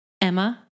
Emma